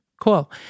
cool